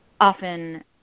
often